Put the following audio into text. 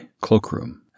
cloakroom